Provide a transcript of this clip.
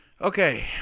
Okay